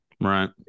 Right